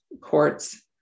courts